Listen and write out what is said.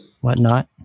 whatnot